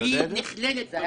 היא נכללת --- אתה יודע את זה?